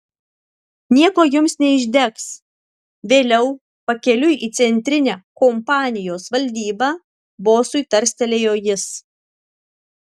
nieko jums neišdegs vėliau pakeliui į centrinę kompanijos valdybą bosui tarstelėjo jis